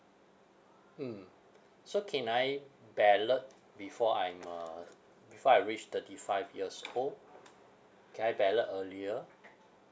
mm so can I ballot before I'm uh before I reach thirty five years old can I ballot earlier